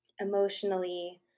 emotionally